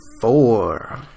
four